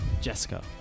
Jessica